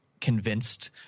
convinced